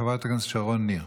חברת הכנסת שרון ניר.